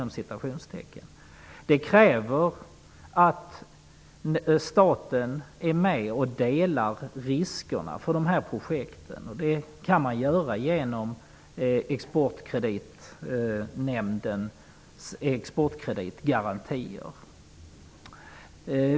Det kräver att staten är med och delar riskerna för sådana projekt. Det kan man göra genom Exprotkreditnämndens exportkreditgarantier.